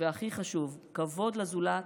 והכי חשוב: כבוד לזולת,